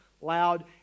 loud